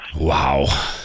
Wow